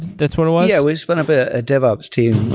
that's what it was? yeah, we spun up a dev ops team.